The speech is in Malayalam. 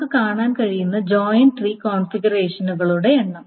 നമുക്ക് കാണാൻ കഴിയുന്ന ജോയിൻ ട്രീ കോൺഫിഗറേഷനുകളുടെ എണ്ണം